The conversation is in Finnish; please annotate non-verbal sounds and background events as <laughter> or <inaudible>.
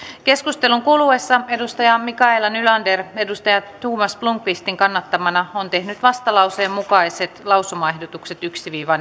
keskustelun kuluessa mikaela nylander thomas blomqvistin kannattamana on tehnyt vastalauseen mukaiset lausumaehdotukset yksi viiva <unintelligible>